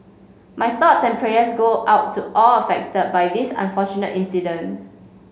my thoughts and prayers go out to all affected by this unfortunate incident